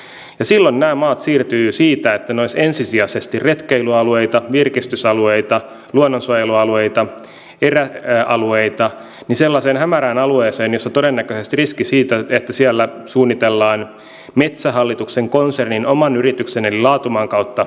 ja silloin nämä maat siirtyvät siitä että ne olisivat ensisijaisesti retkeilyalueita virkistysalueita luonnonsuojelualueita eräalueita sellaiseen hämärään alueeseen jossa todennäköisesti on riski että siellä suunnitellaan metsähallituksen konsernin oman yrityksen eli laatumaan kautta matkailutoimintaa